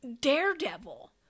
daredevil